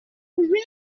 really